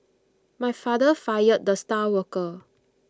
my father fired the star worker